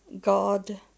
God